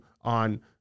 on